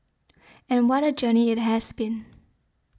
and what a journey it has been